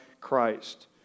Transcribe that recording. Christ